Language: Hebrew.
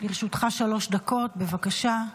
לרשותך שלוש דקות, בבקשה.